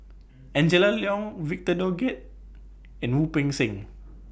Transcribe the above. Angela Liong Victor Doggett and Wu Peng Seng